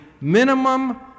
minimum